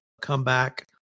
comeback